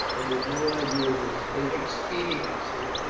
and with no ideas of state expediency.